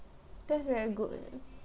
that's very good eh